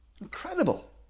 Incredible